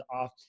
off